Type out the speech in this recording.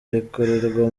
rikorerwa